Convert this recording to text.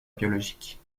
biologique